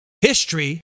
History